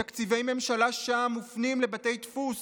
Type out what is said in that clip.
תקציבי ממשלה שם מופנים לבתי דפוס